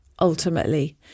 ultimately